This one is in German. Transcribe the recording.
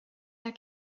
der